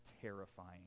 terrifying